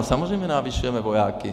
Samozřejmě navyšujeme vojáky.